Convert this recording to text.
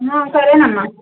సరేనమ్మా